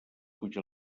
puja